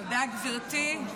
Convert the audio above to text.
תודה, גברתי.